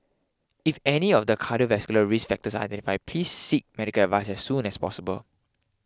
if any of the cardiovascular risk factors are identify please seek medical advice as soon as possible